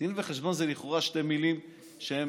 "דין" ו"חשבון" הן לכאורה שתי מילים נרדפות,